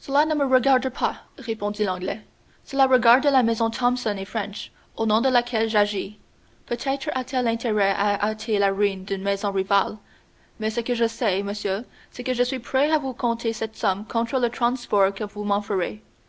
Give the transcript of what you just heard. cela ne me regarde pas répondit l'anglais cela regarde la maison thomson et french au nom de laquelle j'agis peut-être a-t-elle intérêt à hâter la ruine d'une maison rivale mais ce que je sais monsieur c'est que je suis prêt à vous compter cette somme contre le transport que vous m'en